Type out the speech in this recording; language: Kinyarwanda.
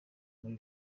muri